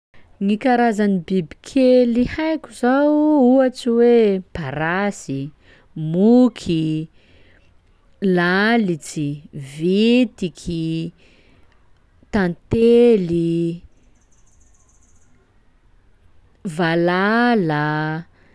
Gny karazan'ny bibikely haiko zao: ohatsy hoe parasy, moky, lalitsy, vitiky, tantely, valala.